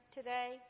today